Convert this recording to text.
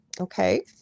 Okay